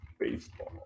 baseball